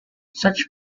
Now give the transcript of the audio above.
such